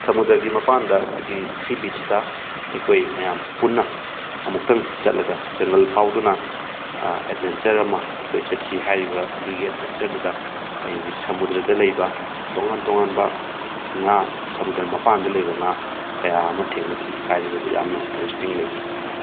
ꯁꯃꯨꯗ꯭ꯔꯒꯤ ꯃꯄꯥꯟꯗ ꯑꯩꯈꯣꯏꯒꯤ ꯁꯤ ꯕꯤꯁꯇ ꯑꯩꯈꯣꯏ ꯃꯌꯥꯝ ꯄꯨꯟꯅ ꯑꯃꯨꯛꯇꯪ ꯆꯠꯂꯒ ꯖꯪꯒꯜ ꯐꯥꯎꯗꯨꯅ ꯑꯦꯗꯚꯦꯟꯆꯔ ꯑꯃ ꯑꯩꯈꯣꯏ ꯆꯠꯈꯤ ꯍꯥꯏꯔꯤꯕ ꯑꯗꯨꯒꯤ ꯑꯦꯗꯚꯦꯟꯆꯔ ꯑꯗꯨꯗ ꯑꯩꯈꯣꯏꯒꯤ ꯁꯃꯨꯗ꯭ꯔꯗ ꯂꯩꯕ ꯇꯣꯉꯥꯟ ꯇꯣꯉꯥꯟꯕ ꯉꯥ ꯁꯃꯨꯗ꯭ꯔ ꯃꯄꯥꯟꯗ ꯂꯩꯕ ꯉꯥ ꯀꯌꯥ ꯑꯃ ꯊꯦꯡꯅꯈꯤ ꯍꯥꯏꯔꯤꯕꯗꯨ ꯌꯥꯝꯅ ꯏꯟꯇꯔꯦꯁꯇꯤꯡ ꯂꯩꯈꯤ